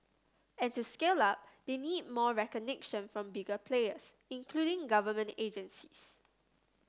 and to scale up they need more recognition from bigger players including government agencies